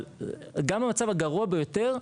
אבל גם המצב הגרוע ביותר,